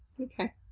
Okay